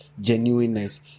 genuineness